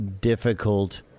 difficult